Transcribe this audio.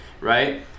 right